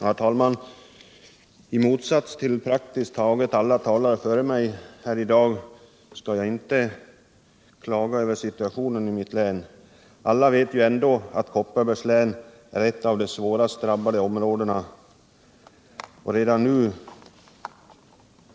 Herr talman! I motsats till praktiskt taget alla talare före mig här i dag skall jag inte klaga över situationen i mitt län. Alla vet ju ändå att Kopparbergs län är ett av de svårast drabbade områdena redan nu.